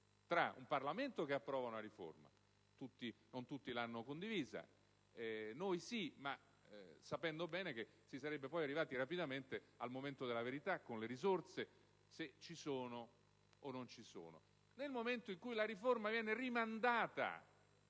con un Parlamento che approva una riforma (che non tutti hanno condiviso: noi sì), ma sapendo bene che si sarebbe poi arrivati rapidamente al momento della verità in cui si sarebbe appurato se le risorse ci sono o non ci sono. Nel momento in cui la riforma viene rimandata,